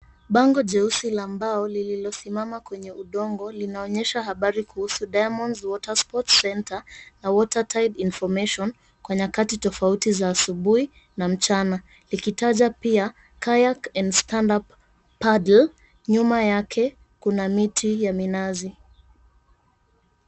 Bango jeusi la mbao lililosimama kwenye udongo, linaonyesha habari kuhusu Diamonds Water Sports Centre na Water tide information kwa nyakati tofauti za asubuhi na mchana. Likitaja pia kayak and standup paddle . Nyuma yake kuna miti ya minazi.